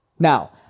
Now